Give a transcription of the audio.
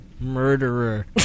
murderer